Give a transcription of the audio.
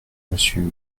monsieur